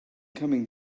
coming